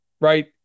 right